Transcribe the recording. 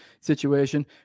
situation